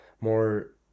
more